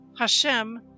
HaShem